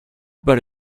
but